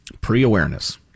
Pre-awareness